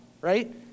right